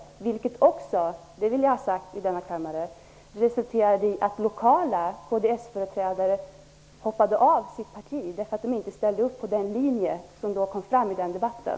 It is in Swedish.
Det resulterade också, och det vill jag ha sagt i denna kammare, att lokala kds-företrädare hoppade av sitt parti, därför att de inte ställde upp på den linje som kom fram i den debatten.